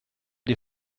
dir